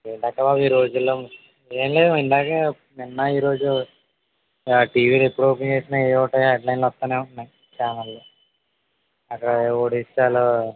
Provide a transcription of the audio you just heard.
ఏంటక్క ఈరోజుల్లో నిన్నే ఇందాకే నిన్న ఈరోజు టీవీ ఎప్పుడు ఓపెన్ చేసిన అవే హెడ్లైన్లు వస్తున్నాయి ఛానల్లు అవే ఒడిశాలో